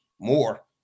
more